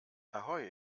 ahoi